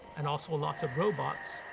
and also lots of robots.